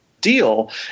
deal